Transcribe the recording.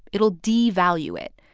it will devalue it.